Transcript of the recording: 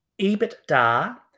EBITDA